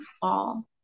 fall